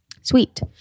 sweet